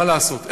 מה לעשות,